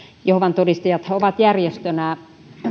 jehovan todistajathan ovat järjestönä